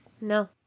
No